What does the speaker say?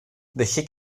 deje